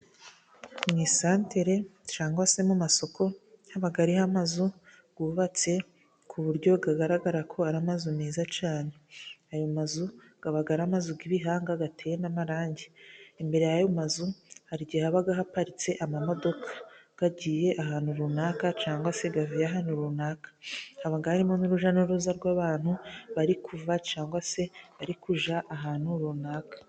Mu isantere cyangwa se mu masoko, haba hari amazu yubatse ku buryo agaragara ko ari amazu meza cyane, ayo mazu aba ari amazi y'ibihanga ateye n'amarangi, imbere y'ayo mazu hari igihe haba haparitse amamodoka agiye ahantu runaka, cyangwa se avuye ahantu runaka. Haba harimo n'urujya n'uruza rw'abantu bari kuva cyangwa se bari kujya ahantu runaka.